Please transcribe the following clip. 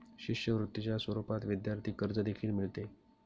शिष्यवृत्तीच्या स्वरूपात विद्यार्थी कर्ज देखील मिळते